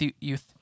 youth